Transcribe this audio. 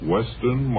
Western